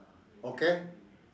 okay